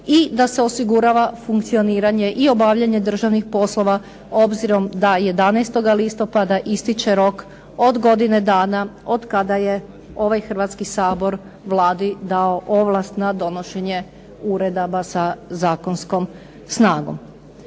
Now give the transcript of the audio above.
i da se osigurava funkcioniranje i obavljanje državnih poslova, obzirom da 11. listopada ističe rok od godine dana od kada je ovaj Hrvatski sabor Vladi dao ovlast na donošenje uredaba sa zakonskom snagom.